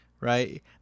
right